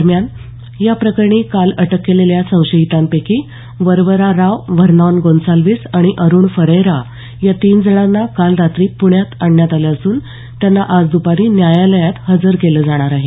दरम्यान याप्रकरणी काल अटक केलेल्या संशयितांपैकी वरवरा राव व्हरनॉन गोन्साल्विस आणि अरुण फरैरा या तीन जणांना काल रात्री पुण्यात आणण्यात आलं असून त्यांना आज दुपारी न्यायालयात हजर केलं जाणार आहे